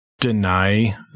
Deny